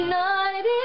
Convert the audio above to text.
night